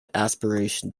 aspiration